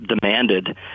demanded